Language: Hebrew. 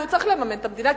כי הוא צריך לממן את המדינה,